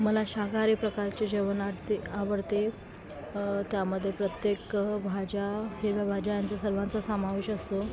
मला शाकाहारी प्रकारचे जेवण आडते आवडते त्यामध्ये प्रत्येक भाज्या हिरव्या भाज्या यांचा सर्वांचा समावेश असतो